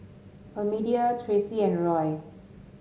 Almedia Traci and Roy